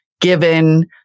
given